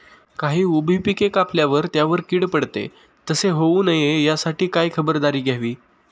काही उभी पिके कापल्यावर त्यावर कीड पडते, तसे होऊ नये यासाठी काय खबरदारी घ्यावी?